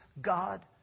God